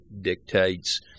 dictates